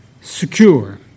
secure